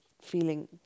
feeling